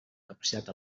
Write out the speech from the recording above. capacitat